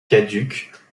caduques